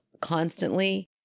constantly